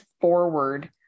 forward